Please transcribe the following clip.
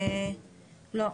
לא.